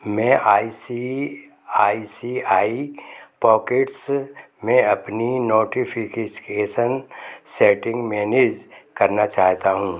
मैं I C I C I pockets में अपनी नोटिफिकिसकेसन सेटिंग मैनेज करना चाहता हूँ